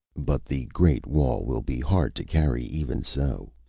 but the great wall will be hard to carry, even so.